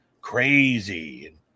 crazy